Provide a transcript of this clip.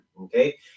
Okay